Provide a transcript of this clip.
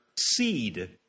seed